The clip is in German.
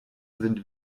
sind